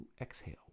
exhale